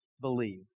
believe